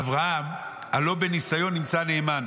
אברהם הלא בניסיון נמצא נאמן